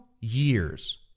years